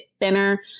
thinner